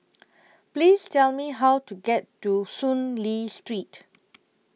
Please Tell Me How to get to Soon Lee Street